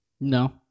No